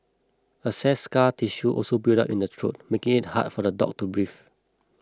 excess scar tissue can also build up in the throat making it hard for the dog to breathe